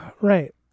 Right